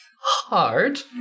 hard